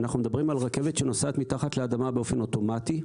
אנחנו מדברים על רכבת שנוסעת מתחת לאדמה באופן אוטומטי,